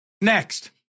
Next